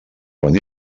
quan